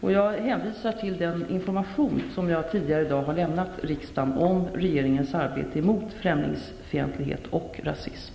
Jag hänvisar till den information som jag tidigare i dag har lämnat riksdagen om regeringens arbete mot främlingsfientlighet och rasism.